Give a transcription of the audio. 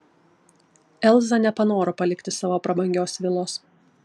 elza nepanoro palikti savo prabangios vilos